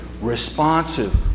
responsive